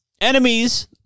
Enemies